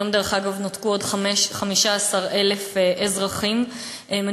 היום, דרך אגב, נותקו עוד 15,000 אזרחים מחשמל.